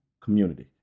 community